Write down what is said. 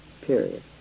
Period